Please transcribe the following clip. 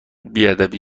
بیادبی